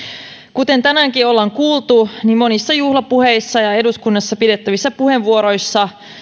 kuten tänäänkin ollaan kuultu monissa juhlapuheissa ja eduskunnassa käytettävissä puheenvuoroissa